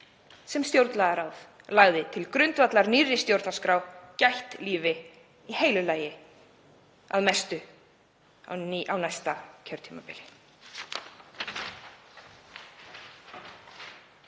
sem stjórnlagaráð lagði til grundvallar nýrri stjórnarskrá gætt lífi, í heilu lagi að mestu, á næsta kjörtímabili.